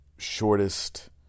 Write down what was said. Shortest